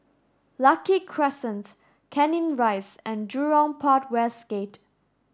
Lucky Crescent Canning Rise and Jurong Port West Gate